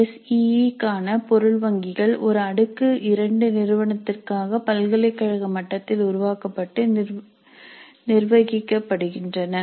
SEE க்கான பொருள் வங்கிகள் ஒரு அடுக்கு 2 நிறுவனத்திற்காக பல்கலைக்கழக மட்டத்தில் உருவாக்கப்பட்டு நிர்வகிக்கப்படுகின்றன